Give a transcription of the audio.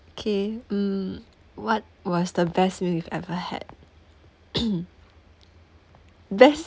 okay mm what was the best meal you've ever had best